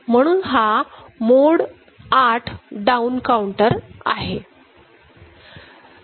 म्हणून हा mode 8 down counter आहे